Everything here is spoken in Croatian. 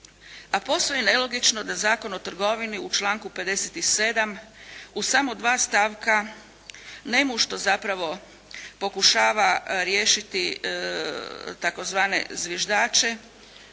a posve je nelogično da Zakon o trgovini u članku 57. u samo dva stavka nevješto zapravo pokušava riješiti tzv. zviždače